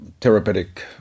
therapeutic